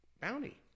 bounty